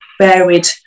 varied